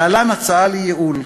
להלן הצעת ייעול,